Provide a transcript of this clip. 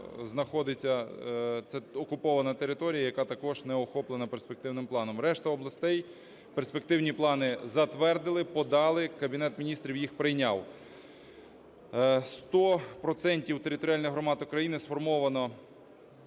знаходиться, це окупована територія, яка також не охоплена перспективним планом. Решті областей перспективні плани затвердили, подали, Кабінет Міністрів їх прийняв. Сто процентів територіальних громад України сформовано